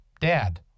dad